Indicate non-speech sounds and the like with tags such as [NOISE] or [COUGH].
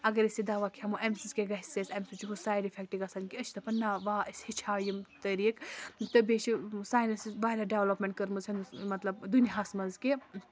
اَگر أسۍ یہِ دوا کھٮ۪مو اَمہِ سۭتۍ کیٛاہ گژھِ اَسہِ اَمہِ سۭتۍ چھُ ہُہ سایِڈ اِفٮ۪کٹ گژھان کہِ أسۍ چھِ دَپان نَہ وا أسۍ ہیٚچھِ ہاو یِم طریٖقہ تہٕ بیٚیہِ چھِ ساینَسَس واریاہ ڈٮ۪ولَپمٮ۪نٛٹ کٔرمٕژ [UNINTELLIGIBLE] مطلب دُنیاہَس منٛز کہِ